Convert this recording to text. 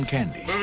Candy